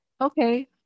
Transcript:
okay